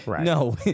No